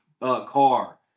Car